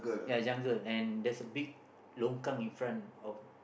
ya jungle and there's a big longkang in front of